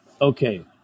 Okay